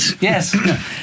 Yes